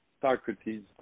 Socrates